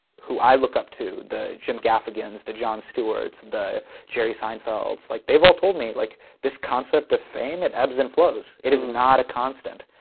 i look up to the jim gaffigans, the jon stewarts, the jerry seinfelds, like they've all told me. like this concept of fame, it ebbs and flows, it is not constant.